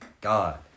God